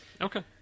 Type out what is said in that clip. okay